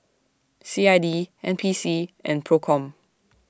C I D N P C and PROCOM